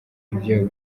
ivyo